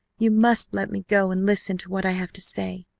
you must let me go and listen to what i have to say!